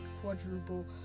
quadruple